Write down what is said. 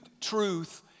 truth